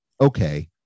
okay